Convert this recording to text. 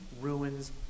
ruins